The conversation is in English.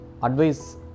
Advice